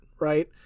right